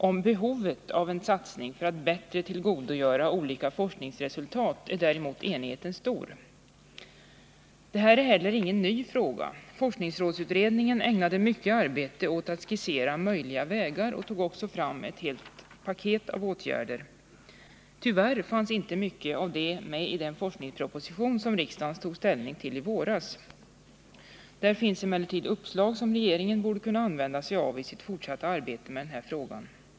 Om behovet av en satsning för att bättre tillvarata olika forskningsresultat är däremot enigheten stor. Detta är inte heller någon ny fråga. Forskningsrådsutredningen ägnade mycket arbete åt att skissera möjliga vägar och tog också fram ett helt paket av åtgärder. Tyvärr fanns inte mycket av det med i den forskningsproposition som riksdagen tog ställning till i våras. Där finns emellertid uppslag som regeringen borde kunna använda sig av i sitt fortsatta arbete med denna fråga.